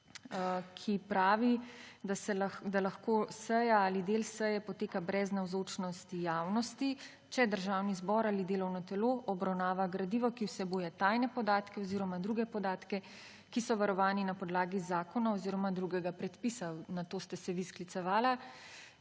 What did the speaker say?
ki pravi, da lahko »seja ali del seje poteka brez navzočnosti javnosti, če Državni zbor ali delovno telo obravnava gradivo, ki vsebuje tajne podatke oziroma druge podatke, ki so varovani na podlagi zakonov oziroma drugega predpisa.« Na to ste se vi sklicevali.